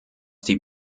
die